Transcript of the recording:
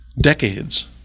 decades